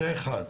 זה נושא אחד.